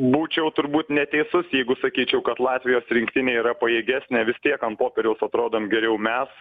būčiau turbūt neteisus jeigu sakyčiau kad latvijos rinktinė yra pajėgesnė vis tiek ant popieriaus atrodom geriau mes